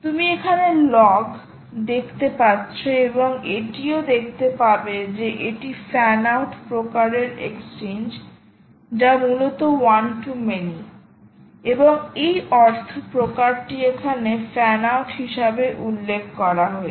তুমি এখানে লগ দেখতে পাচ্ছ এবং এটিও দেখতে পাবে যে এটি ফ্যান আউট প্রকারের এক্সচেঞ্জ যা মূলত ওয়ান টু মেনি এবং এর অর্থপ্রকারটি এখানে ফ্যান আউট হিসাবে উল্লেখ করা হয়েছে